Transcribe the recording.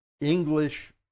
English